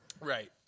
Right